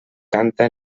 canta